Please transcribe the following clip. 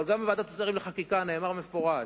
אבל גם בוועדת השרים לחקיקה נאמר במפורש: